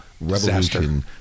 revolution